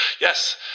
yes